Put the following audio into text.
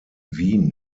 wien